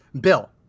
bill